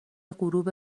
غروب